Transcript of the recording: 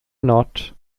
not